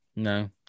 No